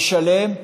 לשלם.